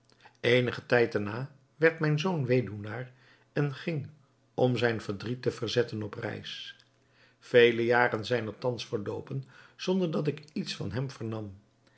eenigen tijd daarna werd mijn zoon weduwnaar en ging om zijn verdriet te verzetten op reis vele jaren zijn er thans verloopen zonder dat ik iets van hem vernam